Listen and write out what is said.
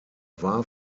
war